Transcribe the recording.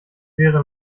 wäre